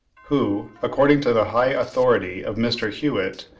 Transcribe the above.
who, according to the high authority of mr. hewitt,